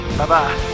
Bye-bye